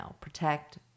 protect